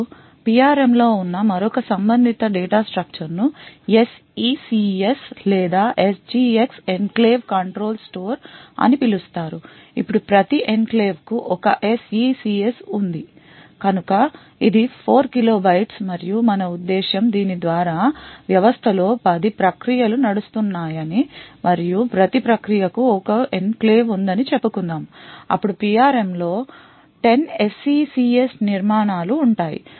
ఇప్పుడు PRM లో ఉన్న మరొక సంబంధిత డేటా structureను SECS లేదా SGX ఎన్క్లేవ్ కంట్రోల్ స్టోర్ అని పిలుస్తారు ఇప్పుడు ప్రతి ఎన్క్లేవ్కు ఒక SECS ఉంది కనుక ఇది 4 kilobytes మరియు మన ఉద్దేశ్యం దీని ద్వారా వ్యవస్థ లో 10 ప్రక్రియలు నడుస్తున్నాయని మరియు ప్రతి ప్రక్రియకు ఒక ఎన్క్లేవ్ ఉందని చెప్పుకుందాం అప్పుడు PRM లో 10 SECS నిర్మాణాలు ఉంటాయి